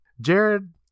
Jared